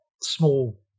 small